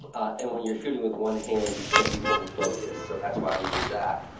and when you're shooting with one hand, you can't be pulling focus. so that's why i use that.